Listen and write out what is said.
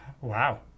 Wow